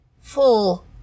full